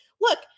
look